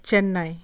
Chennai